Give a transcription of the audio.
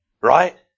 right